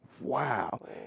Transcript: wow